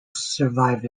survive